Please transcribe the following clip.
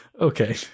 Okay